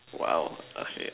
well ahead